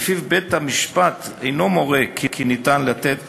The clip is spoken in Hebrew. ולפיו בית-המשפט אינו מורה כי אפשר לתת